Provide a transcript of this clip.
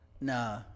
Nah